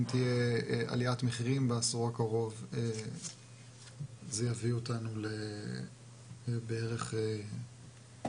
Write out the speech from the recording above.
אם תהיה עליית מחירים בעשור הקרוב זה יביא אותנו לבערך משהו